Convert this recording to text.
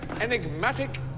enigmatic